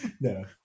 no